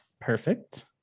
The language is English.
Perfect